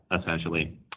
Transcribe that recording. essentially